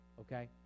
Okay